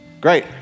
Great